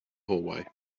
hallway